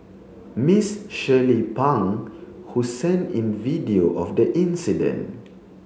Ms Shirley Pang who sent in video of the incident